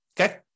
okay